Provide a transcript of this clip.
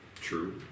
True